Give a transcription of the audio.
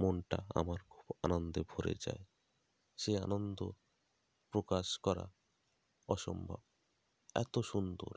মনটা আমার খুব আনন্দে ভরে যায় সেই আনন্দ প্রকাশ করা অসম্ভব এত সুন্দর